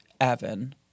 Evan